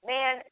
Man